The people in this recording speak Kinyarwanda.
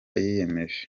yiyemeje